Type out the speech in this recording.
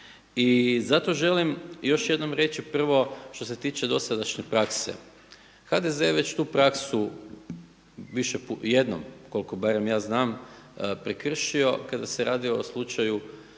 i zato želim još jednom reći prvo što se tiče dosadašnje prakse. HDZ-e je već tu praksu jednom koliko barem ja znam prekršio kada se radi o slučaju